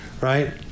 Right